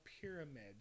pyramid